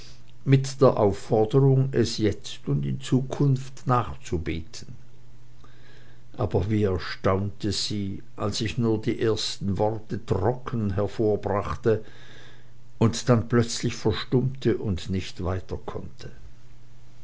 mit der aufforderung es jetzt und in zukunft nachzubeten aber wie erstaunte sie als ich nur die ersten worte trocken hervorbrachte und dann plötzlich verstummte und nicht